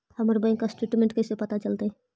हमर bank statement कैसे पता चलतै?